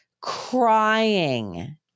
crying